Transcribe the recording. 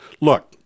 Look